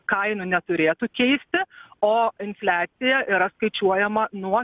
kainų neturėtų keisti o infliacija yra skaičiuojama nuo